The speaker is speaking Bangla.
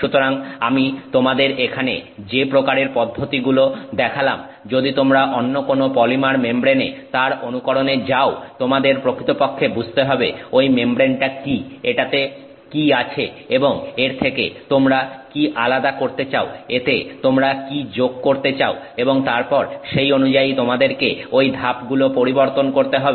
সুতরাং আমি তোমাদের এখানে যে প্রকারের পদ্ধতিগুলো দেখালাম যদি তোমরা অন্য কোন পলিমার মেমব্রেনে তার অনুকরণে যাও তোমাদের পরিষ্কারভাবে বুঝতে হবে ঐ মেমব্রেনটা কি এটাতে কি আছে এবং এর থেকে তোমরা কি আলাদা করতে চাও এতে তোমরা কি যোগ করতে চাও এবং তারপরে সেই অনুযায়ী তোমাদেরকে ঐ ধাপগুলো পরিবর্তন করতে হবে